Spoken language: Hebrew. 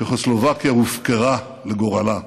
צ'כוסלובקיה הופקרה לגורלה,